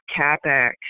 capex